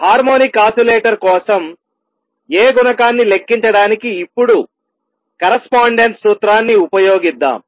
harmonic oscillator కోసం A గుణకాన్ని లెక్కించడానికి ఇప్పుడు కరస్పాండెన్స్ సూత్రాన్ని ఉపయోగిద్దాం